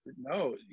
no